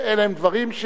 אלה הם דברים,